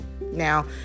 Now